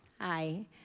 Hi